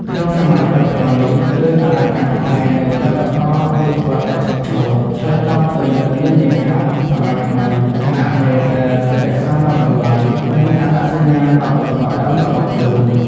ក្នុងសម័យបច្ចុប្បន្ននេះ គ្រឿងអលង្ការខ្មែរនៅតែបន្តវិវត្តន៍ឥតឈប់ឈរ ឆ្លើយតបទៅនឹងនិន្នាការសម័យថ្មី ខណៈពេលដែលរក្សានូវតម្លៃ និងអត្តសញ្ញាណវប្បធម៌ដើមរបស់ខ្លួន។